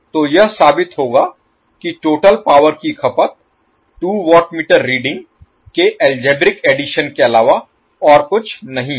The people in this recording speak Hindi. तो यह साबित होगा कि टोटल पावर की खपत 2 वाट मीटर रीडिंग के अलजेब्रिक एडिशन के अलावा और कुछ नहीं है